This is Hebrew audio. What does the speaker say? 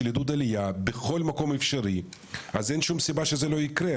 עידוד עלייה בכל מקום אפשרי אז אין שום סיבה שזה לא ייקרה,